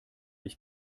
ich